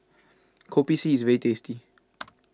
Kopi C IS very tasty